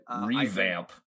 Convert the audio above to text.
revamp